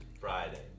Friday